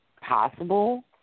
possible